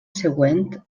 següent